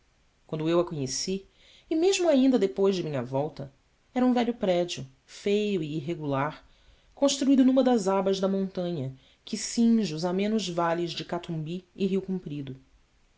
quando eu a conheci e mesmo ainda depois de minha volta era um velho prédio feio e irregular construído numa das abas da montanha que cinge os amenos vales de catumbi e rio comprido